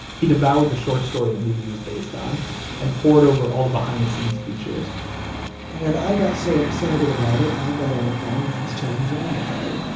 he devoured the short story the movie was based on and pored over all the behind-the-scenes features and i got so excited about it, i got on the phone, and i was telling john about it,